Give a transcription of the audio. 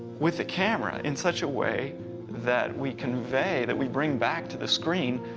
with a camera in such a way that we convey that we bring back to the screen